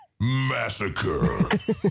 Massacre